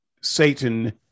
Satan